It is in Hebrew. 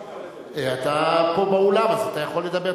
אתה פה באולם, אז אתה יכול לדבר.